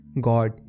God